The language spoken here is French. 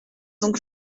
donc